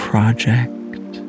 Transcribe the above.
project